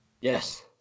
yes